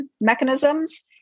mechanisms